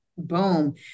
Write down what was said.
Boom